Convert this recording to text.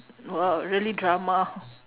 !wow! really drama